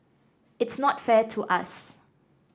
it's not fair to us